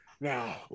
now